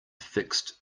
fixed